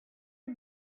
une